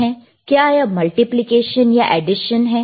क्या यह मल्टीप्लिकेशन या एडिशन है